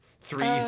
three